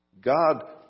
God